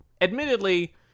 admittedly